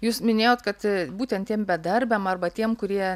jūs minėjot kad būtent tiem bedarbiam arba tiem kurie